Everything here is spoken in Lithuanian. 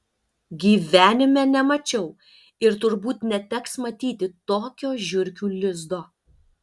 gyvenime nemačiau ir turbūt neteks matyti tokio žiurkių lizdo